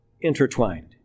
intertwined